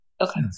Okay